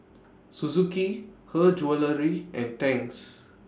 Suzuki Her Jewellery and Tangs